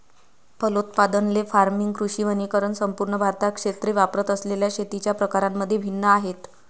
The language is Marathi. फलोत्पादन, ले फार्मिंग, कृषी वनीकरण संपूर्ण भारतात क्षेत्रे वापरत असलेल्या शेतीच्या प्रकारांमध्ये भिन्न आहेत